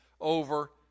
over